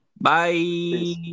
Bye